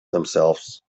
themselves